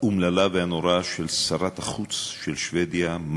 האומללה והנוראה של שרת החוץ של שבדיה,